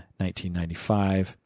1995